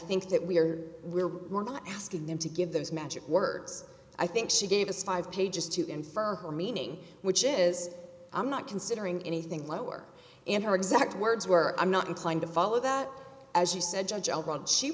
think that we're we're we're not asking them to give those magic words i think she gave us five pages to infer her meaning which is i'm not considering anything lower in her exact words were i'm not inclined to follow that as she said judge joe brown she